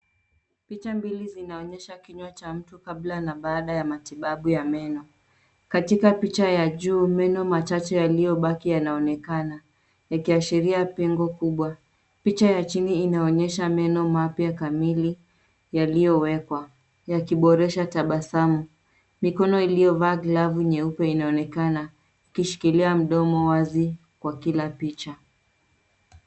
Picha mbili zinaonyesha kinywa cha mtu kabla na baada ya matibabu ya meno. Katika picha ya juu meno machache yaliyobaki yanaonekana, yakiashiria pengo kubwa. Picha ya chini inaonyesha meno mapya kamili yaliyowekwa yakiboresha tabasamu. Mikono iliyovaa glavu nyeupe inaonekana ikishikilia mdomo wazi kwa kila picha.